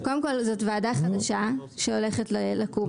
קודם כל זאת ועדה חדשה שהולכת לקום.